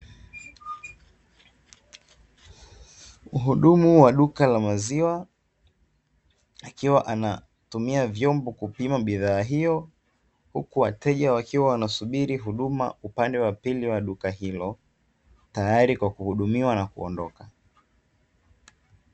Mhudumu wa duka la maziwa akiwa anatumia vyombo kupima huduma hiyo, huku wateja wakiwa wanasubiri huduma upande wa pili wa duka hilo ili kupimiwa na kuondoka.